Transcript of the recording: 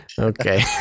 Okay